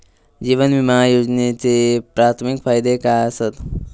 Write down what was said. जीवन विमा योजनेचे प्राथमिक फायदे काय आसत?